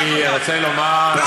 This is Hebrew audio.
אני רוצה לומר, לא, לא, די.